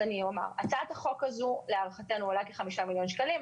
הצעת החוק הזו להערכתנו עולה כ-5 מיליון שקלים.